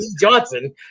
Johnson